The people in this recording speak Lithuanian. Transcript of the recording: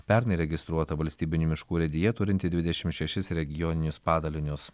pernai įregistruota valstybinių miškų urėdija turinti dvidešimt šešis regioninius padalinius